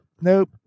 nope